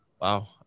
Wow